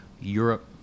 Europe